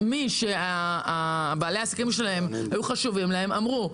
מי שבעלי העסקים שלהם היו חשובים להם אמרו,